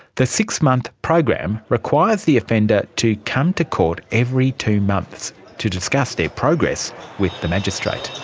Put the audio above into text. the six-month program requires the offender to come to court every two months to discuss their progress with the magistrate.